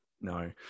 no